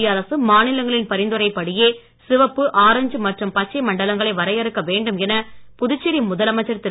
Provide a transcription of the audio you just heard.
மத்திய அரசு மாநிலங்களின் பரிந்துரைப்படியே சிவப்பு ஆரஞ்சு மற்றும் பச்சை மண்டலங்களை வரையறுக்க வேண்டும் என புதுச்சேரி முதலமைச்சர் திரு